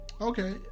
Okay